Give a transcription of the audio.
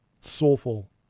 soulful